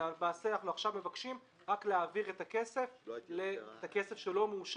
אנחנו רק מבקשים עכשיו להעביר את הכסף שלא מאושר.